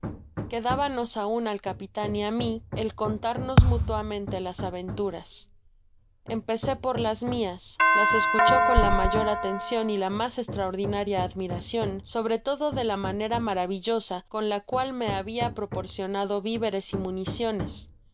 quedábanos aun al capitan y á mi el contarnos mutuamente las aventuras empecé por las mias las escuchó con la mayor atencion y la mas estraordinaria admiracion sobre todo de la manera maravillosa con la cual me habia proporcionado viveres y municiones